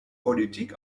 politik